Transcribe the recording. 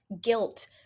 guilt